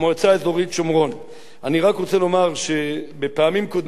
אני רק רוצה לומר שהחוק הזה כבר הועלה,